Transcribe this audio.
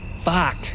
Fuck